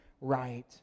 right